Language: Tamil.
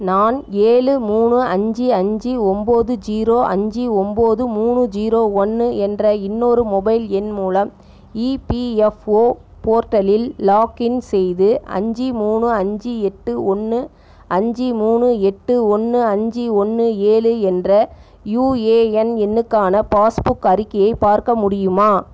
நான் ஏழு மூணு அஞ்சு அஞ்சு ஒம்போது ஜீரோ அஞ்சு ஒம்போது மூணு ஜீரோ ஒன்று என்ற இன்னொரு மொபைல் எண் மூலம் இபிஎஃப்ஓ போர்ட்டலில் லாக்இன் செய்து அஞ்சு மூணு அஞ்சு எட்டு ஒன்று அஞ்சு மூணு எட்டு ஒன்று அஞ்சு ஒன்று ஏழு என்ற யுஏஎன் எண்ணுக்கான பாஸ்புக் அறிக்கையை பார்க்க முடியுமா